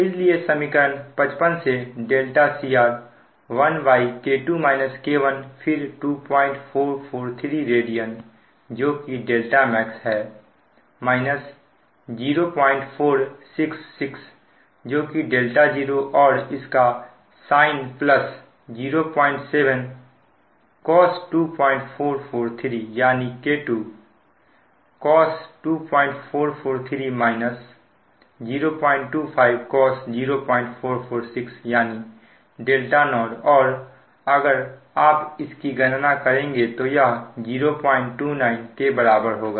इसलिए समीकरण 55 से cr 1K2 K1 फिर 2443 रेडियन जो कि δmax है 0466 जो कि δ0 और इसका sin प्लस 07 cos 2443 यानी K2 cos 2443 माइनस 025 cos 0446 यानी δ0 और अगर आप इसकी गणना करेंगे तो यह 029 के बराबर होगा